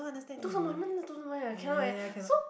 读什么 I cannot eh so